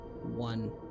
One